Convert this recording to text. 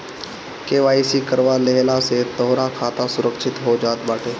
KYC करवा लेहला से तोहार खाता सुरक्षित हो जात बाटे